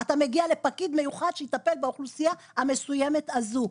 אתה מגיע לפקיד מיוחד שיטפל באוכלוסייה המסוימת הזאת.